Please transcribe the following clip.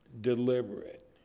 deliberate